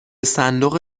صندوق